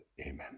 Amen